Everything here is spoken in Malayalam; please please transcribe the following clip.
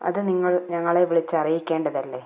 അത് നിങ്ങൾ ഞങ്ങളെ വിളിച്ചറിയിക്കേണ്ടതല്ലേ